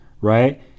right